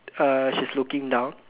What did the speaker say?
uh she's looking down